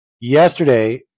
Yesterday